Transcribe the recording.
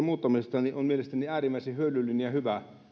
muuttamisesta on mielestäni äärimmäisen hyödyllinen ja hyvä